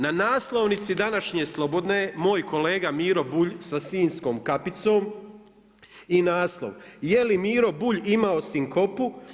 Na naslovnici današnje Slobodne, moj kolega Miro Bulj, sa sinjskom kapicom i naslov: „Je li Miro Bulj imao sinkopu?